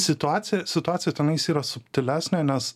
situacija situacija tenais yra subtilesnė nes